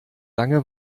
lange